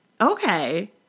Okay